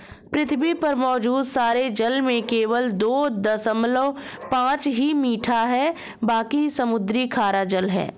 पृथ्वी पर मौजूद सारे जल में केवल दो दशमलव पांच ही मीठा है बाकी समुद्री खारा जल है